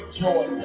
joy